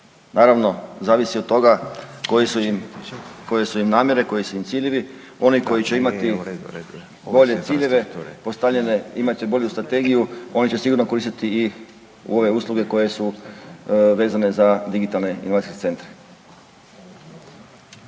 Naravno zavisi od toga koje su im, koje su im namjere, koji su im ciljeve. Oni koji će imati …/Govornik se ne razumije/…ciljeve postavljene imat će bolju strategiju, oni će sigurno koristiti i ove usluge koje su vezane za digitalne inovacijske centre.